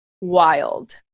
wild